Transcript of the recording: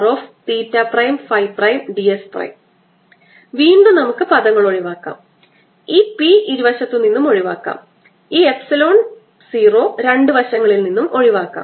VrP30xCP30rsinθcosϕC14π0Psincosϕ|r R|ds വീണ്ടും നമുക്ക് പദങ്ങൾ ഒഴിവാക്കാം ഈ P ഇരുവശത്തുനിന്നും ഒഴിവാക്കാം ഈ എപ്സിലോൺ 0 രണ്ടു വശങ്ങളിൽ നിന്നും ഒഴിവാക്കുന്നു